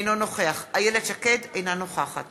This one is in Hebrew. אינו נוכח איילת שקד, אינה נוכחת